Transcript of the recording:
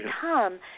come